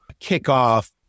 kickoff